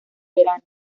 verano